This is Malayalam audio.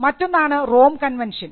മറ്റൊന്നാണ് റോം കൺവെൻഷൻ